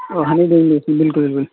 او ہنی انگلش بالکل بالکل